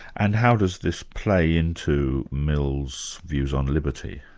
and how does this play into mill's views on liberty?